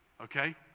okay